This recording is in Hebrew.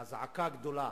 והזעקה גדולה,